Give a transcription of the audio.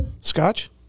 scotch